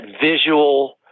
visual